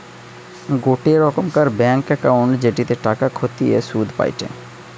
গোটে রোকমকার bank account জেটিতে টাকা খতিয়ে শুধ পায়টে